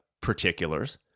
particulars